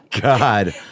God